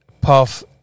puff